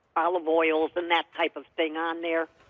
olive oils and that type of thing on there.